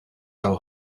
hawn